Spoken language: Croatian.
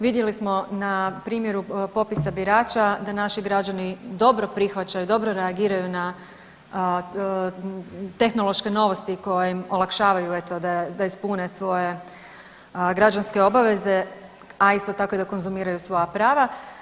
Vidjeli smo na primjeru popisa birača da naši građani dobro prihvaćaju, dobro reagiraju na tehnološke novosti koje im olakšavaju eto da ispune svoje građanske obaveze, a isto tako i da konzumiraju svoja prava.